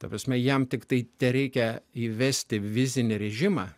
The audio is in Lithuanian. ta prasme jam tiktai tereikia įvesti bevizį režimą